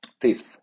Fifth